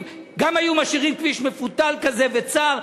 גם היו משאירים כביש מפותל כזה וצר,